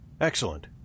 Excellent